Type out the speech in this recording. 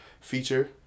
feature